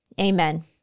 Amen